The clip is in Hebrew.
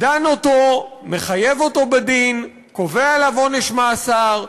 דן אותו, מחייב אותו בדין, קובע לו עונש מאסר,